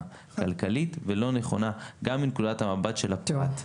כלכלית ולא נכונה גם מנקודת המבט של הפרט.